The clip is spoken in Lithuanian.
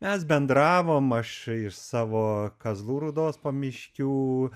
mes bendravom aš iš savo kazlų rūdos pamiškių